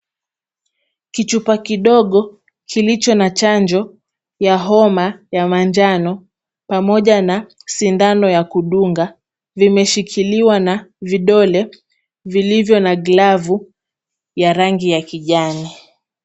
Kichupa kidogo kilicho na chanjo ya homa ya manjano pamoja na sindano ya kudunga vimeshikiliwa na vidole vilivyo na glavu ya rangi ya kijani.